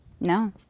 No